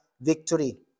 victory